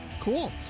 cool